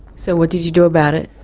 so what did you do about it?